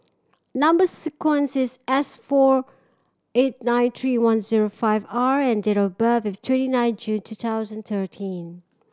number sequence is S four eight nine three one zero five R and date of birth is twenty nine June two thousand thirteen